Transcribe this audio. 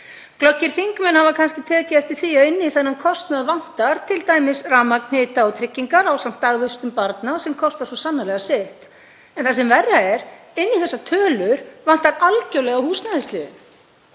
Glöggir þingmenn hafa kannski tekið eftir því að inn í þennan kostnað vantar t.d. rafmagn, hita og tryggingar ásamt dagvistun barna, sem kostar svo sannarlega sitt, en það sem verra er, inn í þessar tölur vantar algjörlega húsnæðisliðinn.